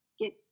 get